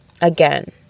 Again